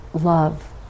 love